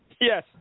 Yes